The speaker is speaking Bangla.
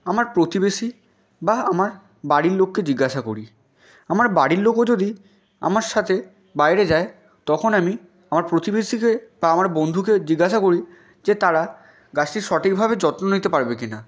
আমার প্রতিবেশী বা আমার বাড়ির লোককে জিজ্ঞাসা করি আমার বাড়ির লোকও যদি আমার সাতে বাইরে যায় তখন আমি প্রতিবেশীকে বা আমার বন্ধুকে জিজ্ঞাসা করি যে তারা গাছটির সটিকভাবে যত্ন নিতে পারবে কিনা